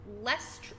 less